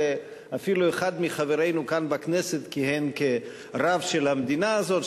ואפילו אחד מחברינו כאן בכנסת כיהן כרב של המדינה הזאת,